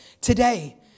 today